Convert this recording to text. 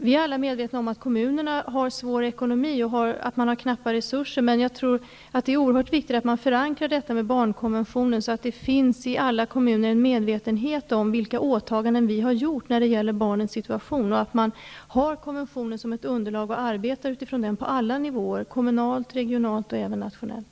Vi är alla medvetna om att kommunerna har knappa resurser, men jag tror att det är oerhört viktigt att man förankrar barnkonventionen så att det i alla kommuner finns en medvetenhet om vilka åtaganden vi har gjort när det gäller barnens situation och att man har konventionen som ett underlag och arbetar utifrån den på alla nivåer -- kommunalt, regionalt och även nationellt.